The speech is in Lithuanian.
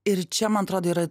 ir čia man atrodo yra